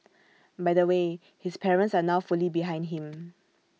by the way his parents are now fully behind him